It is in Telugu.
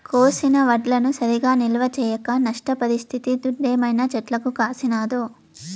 కోసిన వడ్లను సరిగా నిల్వ చేయక నష్టపరిస్తిది దుడ్డేమైనా చెట్లకు కాసినాదో